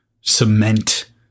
cement